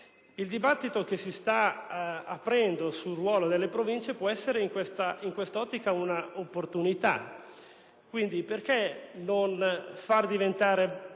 Il dibattito che si sta aprendo sul ruolo delle Province può essere in quest'ottica un'opportunità. Quindi, perché non far diventare